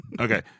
Okay